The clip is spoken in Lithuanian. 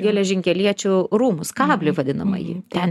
geležinkeliečių rūmus kablį vadinamąjį ten